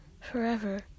forever